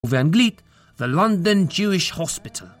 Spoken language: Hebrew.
ובאנגלית, The London Jewish Hospital.